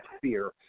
fear